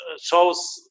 shows